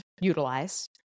utilize